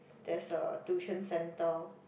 there's a tuition centre